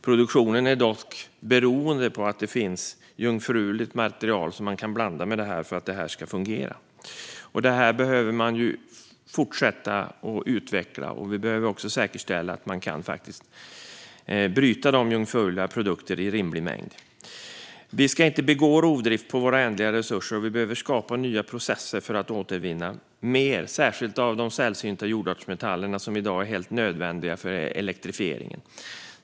Produktionen är dock beroende av att det finns jungfruligt material som kan blandas med det återvunna. Detta behöver vi fortsätta att utveckla, och vi behöver också säkerställa att man kan bryta dessa jungfruliga produkter i rimlig mängd. Vi ska inte begå rovdrift på våra ändliga resurser, och vi behöver skapa nya processer för att återvinna mer, särskilt av de sällsynta jordartsmetaller som i dag är helt nödvändiga för elektrifieringen.